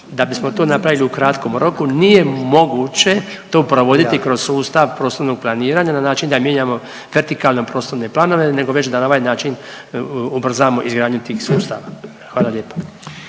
Da bismo to napravili u kratkom roku nije moguće to provoditi kroz sustav prostornog planiranja na način da mijenjamo vertikalno prostorne planove nego već da na ovaj način ubrzamo izgradnju tih sustava, hvala lijepo.